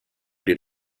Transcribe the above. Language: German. den